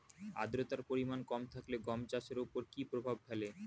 আদ্রতার পরিমাণ কম থাকলে গম চাষের ওপর কী প্রভাব ফেলে?